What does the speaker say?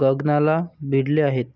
गगनाला भिडले आहेत